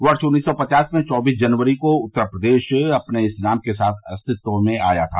वर्ष उन्नीस सौ पचास में चौबीस जनवरी को उत्तर प्रदेश अपने इस नाम के साथ अस्तित्व में आया था